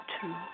true